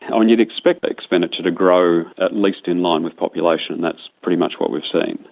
um and you'd expect expenditure to grow at least in line with population, that's pretty much what we've seen.